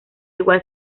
igual